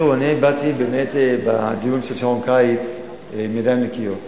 תראו, באתי לדיון של שעון קיץ בידיים נקיות.